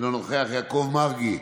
אינו נוכח, יעקב מרגי,